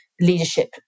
leadership